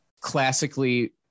classically